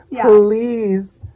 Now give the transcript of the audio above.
please